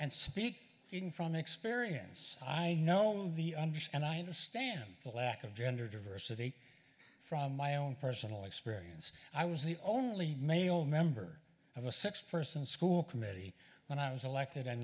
and speak in from experience i know the understand i understand the lack of gender diversity from my own personal experience i was the only male member of a six person school committee when i was elected in